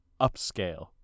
upscale